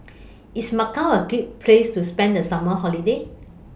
IS Macau A Great Place to spend The Summer Holiday